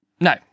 No